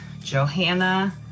Johanna